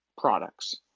products